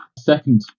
Second